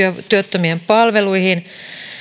työttömien palveluihin